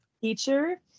Teacher